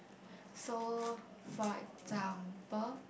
so for example